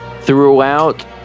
throughout